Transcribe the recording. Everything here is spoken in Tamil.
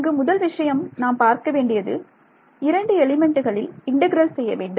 இங்கு முதல் விஷயம் நாம் பார்க்க வேண்டியது இரண்டு எலிமெண்ட்டுகளில் இன்டெக்ரல் செய்யவேண்டும்